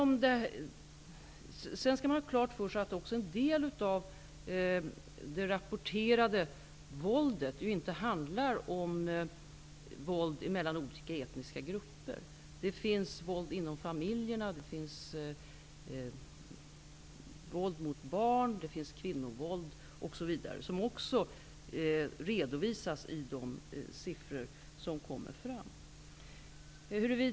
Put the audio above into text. Man skall ha klart för sig att en del av det rapporterade våldet inte är våld mellan olika etniska grupper. Det finns våld inom familjerna, våld mot barn, kvinnovåld osv. Detta våld redovisas också i de siffror som kommer fram.